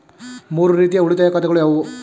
ಮೂರು ರೀತಿಯ ಉಳಿತಾಯ ಖಾತೆಗಳು ಯಾವುವು?